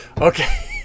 Okay